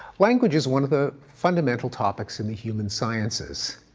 language is one of the fundamental topics in the human sciences.